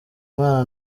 mwana